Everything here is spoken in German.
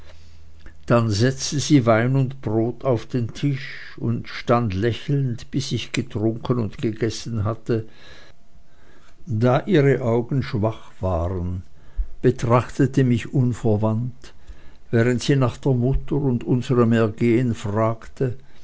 dann setzte sie wein und brot auf den tisch stand lächelnd bis ich getrunken und gegessen hatte und setzte sich hierauf ganz nahe zu mir da ihre augen schwach waren betrachtete mich unverwandt während sie nach der mutter und unserm ergehen fragte